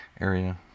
area